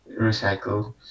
recycle